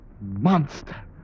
monster